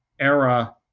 era